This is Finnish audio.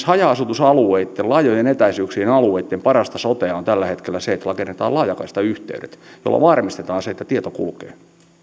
haja asutusalueitten laajojen etäisyyksien alueitten parasta sotea on tällä hetkellä se että rakennetaan laajakaistayhteydet joilla varmistetaan se että tieto kulkee